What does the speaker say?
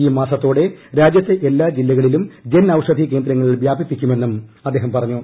ഈ മാസത്തോടെ രാജ്യത്തെ എല്ലാ ജില്ലകളിലും ജൻ ഔഷധി കേന്ദ്രങ്ങൾ വ്യാപിപ്പിക്കുമെന്നും അദ്ദേഹം പറഞ്ഞു